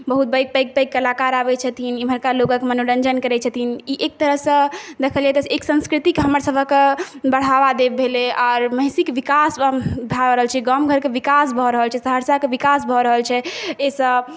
बहुत पैघ पैघ पैघ कलाकार आबै छथिन इमहरका लोकके मनोरञ्जन करै छथिन ई एक तरहसँ देखल जाइ तऽ एक संस्कृतिके हमर सबके बढ़ावा देब भेलै आओर महिसीके विकास भऽ रहल छै गामघरके विकास भऽ रहल छै सहरसाके विकास भऽ रहल छै एहिसँ